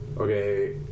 okay